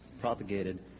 propagated